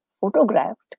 photographed